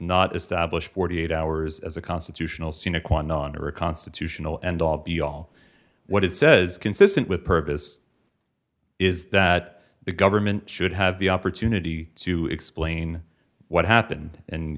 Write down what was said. not establish forty eight hours as a constitutional ciena quando under a constitutional end all be all what it says consistent with purpose is that the government should have the opportunity to explain what happened in